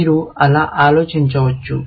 మీరు అలా ఆలోచించవచ్చు